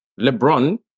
LeBron